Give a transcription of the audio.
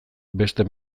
beste